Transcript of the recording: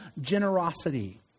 generosity